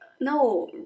No